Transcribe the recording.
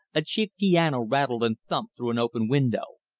a cheap piano rattled and thumped through an open window.